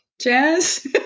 Jazz